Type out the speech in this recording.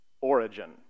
origin